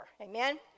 Amen